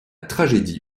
tragédie